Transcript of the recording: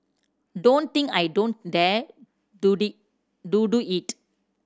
don't think I don't dare to to do it